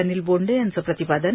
अनिल बोंडे यांचं प्रतिपादन